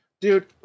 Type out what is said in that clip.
Dude